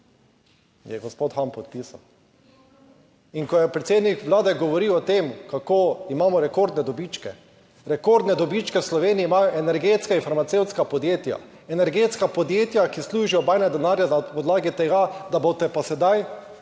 je gospod Han podpisal in ko je predsednik Vlade govoril o tem, kako imamo rekordne dobičke, rekordne dobičke v Sloveniji imajo energetska in farmacevtska podjetja. Energetska podjetja, ki služijo bajne denarje na podlagi tega, da boste pa sedaj